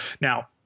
Now